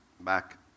Back